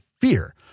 fear